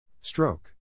Stroke